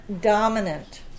dominant